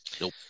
Nope